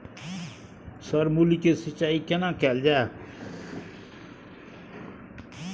Sir मूली के सिंचाई केना कैल जाए?